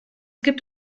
gibt